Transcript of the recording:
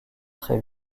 très